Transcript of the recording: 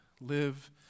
live